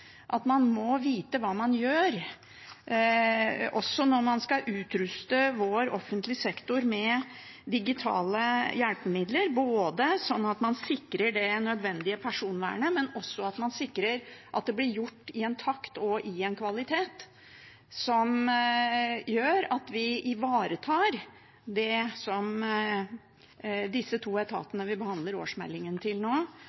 at man må vite hva man gjør, også når man skal utruste vår offentlige sektor med digitale hjelpemidler, at man sikrer både det nødvendige personvernet og at det blir gjort i en takt og med en kvalitet som gjør at vi ivaretar det som de to etatene vi behandler årsmeldingene til nå,